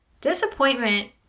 Disappointment